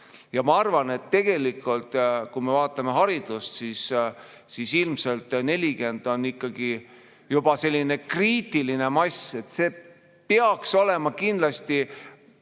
Ma arvan, et kui me vaatame haridust, siis ilmselt 40 on ikkagi juba selline kriitiline mass, peaks olema kindlasti